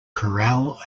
corral